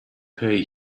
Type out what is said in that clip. pay